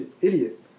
idiot